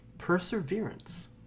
Perseverance